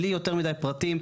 משהו בלי יותר מידי פרטים.